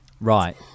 Right